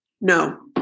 No